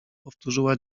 powtórzyła